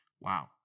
Wow